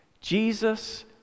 Jesus